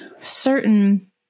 certain